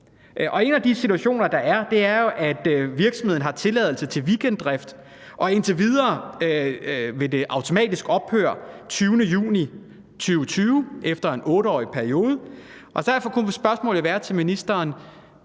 en af de situationer, der er, er jo, at virksomheden har tilladelse til weekenddrift, og indtil videre vil den automatisk ophøre den 20. juni 2020, efter en 8-årig periode. Derfor kunne spørgsmålet til ministeren